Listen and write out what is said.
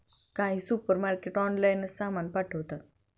काही सुपरमार्केट ऑनलाइनच सामान पाठवतात